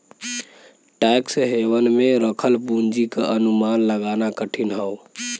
tax haven में रखल पूंजी क अनुमान लगाना कठिन हौ